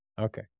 Okay